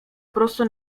prosto